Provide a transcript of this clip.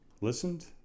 listened